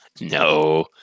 No